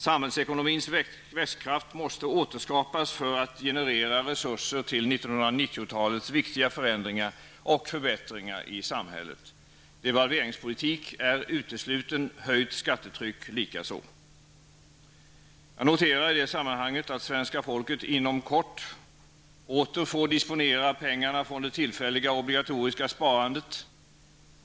Samhällsekonomins växtkraft måste återskapas för att generera resurser till 1990-talets viktiga förändringar och förbättringar i samhället. Devalveringspolitik är utesluten, höjt skattetryck likaså. Jag noterar i det sammanhanget att svenska folket inom kort åter får disponera pengarna från det tillfälliga obligatoriska sparandet.